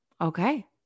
okay